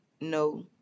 no